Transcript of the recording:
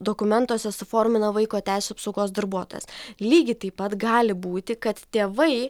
dokumentuose suformina vaiko teisių apsaugos darbuotojas lygiai taip pat gali būti kad tėvai